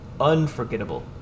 unforgettable